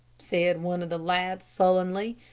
said one of the lads, sullenly.